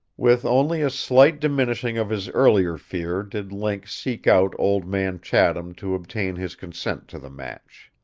with only a slight diminishing of his earlier fear did link seek out old man chatham to obtain his consent to the match.